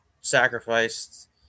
sacrificed